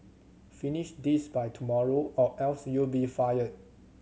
finish this by tomorrow or else you'll be fired